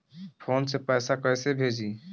Phone से पैसा कैसे भेजी?